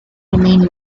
remain